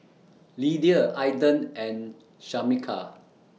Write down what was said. Lydia Aiden and Shameka